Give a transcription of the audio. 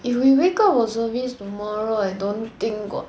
if we wake up for services tomorrow I don't think got